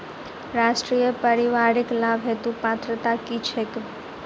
राष्ट्रीय परिवारिक लाभ हेतु पात्रता की छैक